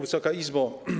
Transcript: Wysoka Izbo!